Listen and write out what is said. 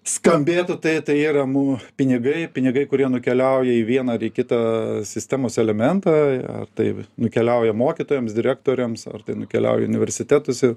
skambėtų taip tai yra mū pinigai pinigai kurie nukeliauja į vieną ar į kitą sistemos elementą tai nukeliauja mokytojams direktoriams ar tai nukeliauja į universitetus ir